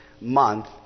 month